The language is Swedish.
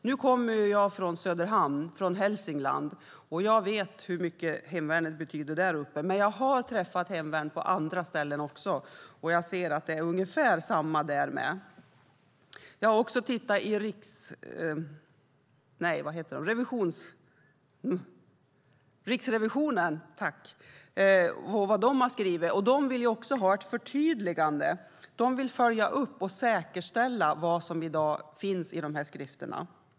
Nu kommer jag från Söderhamn i Hälsingland, och jag vet hur mycket hemvärnet betyder där uppe. Men jag har även träffat hemvärn på andra ställen, och det är ungefär samma där. Jag har också tittat på vad Riksrevisionen har skrivit, och även de vill ha ett förtydligande och följa upp och säkerställa vad som i dag finns i de här skrifterna.